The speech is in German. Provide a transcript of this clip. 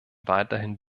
weiterhin